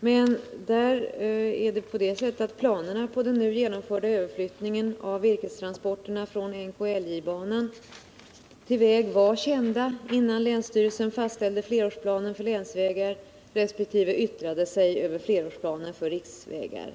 Men planerna på den nu genomförda överflyttningen av virkestransporterna från NKIJ-banan till väg var kända innan länsstyrelsen fastställde flerårsplanen för länsvägar resp. yttrade sig över flerårsplanen för riksvägar.